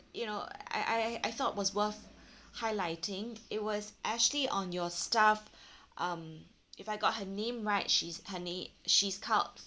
you know I I I thought was worth highlighting it was actually on your staff um if I got her name right she's her name she's called